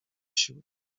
siły